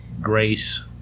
grace